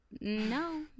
No